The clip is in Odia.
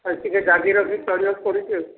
ଟିକିଏ ଯଗିରଖି ଚଲିବାକୁ ପଡ଼ୁଛି ଆଉ